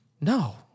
No